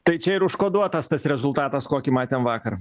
tai čia ir užkoduotas tas rezultatas kokį matėm vakar